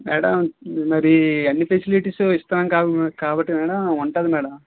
madam మరి అన్ని facilities ఇస్తాం కా కాబట్టి మేడం ఉంటది మేడం